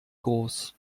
groß